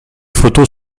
photos